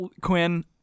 Quinn